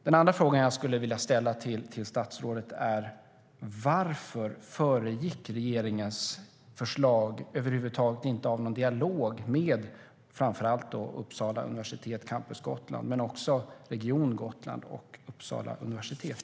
Den andra frågan jag skulle vilja ställa till statsrådet är: Varför föregicks regeringens förslag inte av någon dialog med framför allt Campus Gotland men också Region Gotland och Uppsala universitet?